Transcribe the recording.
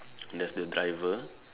there's the driver